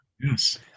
Yes